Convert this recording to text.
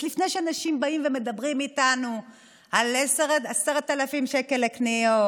אז לפני שאנשים באים ומדברים איתנו על 10,000 שקל לקניות